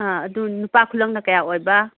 ꯑꯪ ꯑꯗꯨ ꯅꯨꯄꯥ ꯈꯨꯂꯪꯅ ꯀꯌꯥ ꯑꯣꯏꯕ